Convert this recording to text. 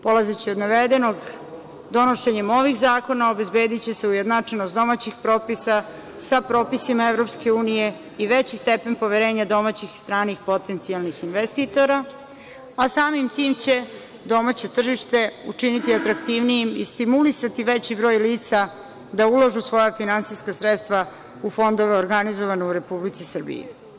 Polazeći od navedenog, donošenjem ovih zakona obezbediće se ujednačenost domaćih propisa sa propisima EU i veći stepen poverenja domaćih i stranih potencijalnih investitora, a samim tim će domaće tržište učiniti atraktivnijim i stimulisati veći broj lica da ulažu svoja finansijska sredstva u fondove organizovane u Republici Srbiji.